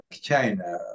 China